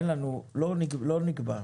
אין לנו, לא נקבע.